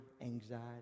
anxiety